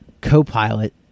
co-pilot